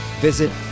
Visit